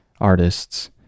artists